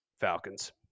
Falcons